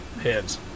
heads